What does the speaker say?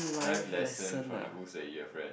life lesson from the books that you have read